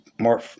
more